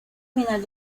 final